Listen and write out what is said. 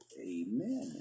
Amen